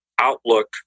Outlook